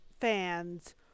fans